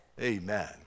Amen